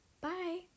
Bye